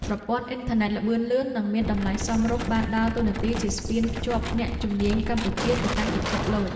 ប្រព័ន្ធអ៊ីនធឺណិតល្បឿនលឿន និងមានតម្លៃសមរម្យបានដើរតួនាទីជាស្ពានភ្ជាប់អ្នកជំនាញកម្ពុជាទៅកាន់ពិភពលោក។